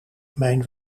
mijn